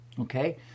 Okay